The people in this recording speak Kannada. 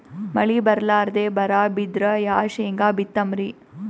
ಮಳಿ ಬರ್ಲಾದೆ ಬರಾ ಬಿದ್ರ ಯಾ ಶೇಂಗಾ ಬಿತ್ತಮ್ರೀ?